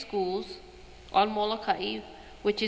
schools which